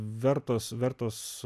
vertos vertos